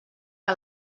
que